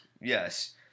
Yes